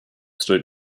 state